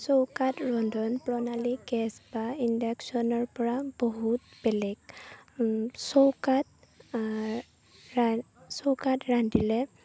চৌকাত ৰন্ধন প্ৰণালী গেছ বা ইণ্ডাকশ্যনৰ পৰা বহুত বেলেগ চৌকাত ৰা চৌকাত ৰান্ধিলে